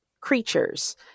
creatures